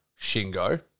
Shingo